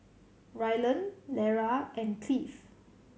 Rylan Lera and Cleave